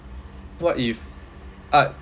what if art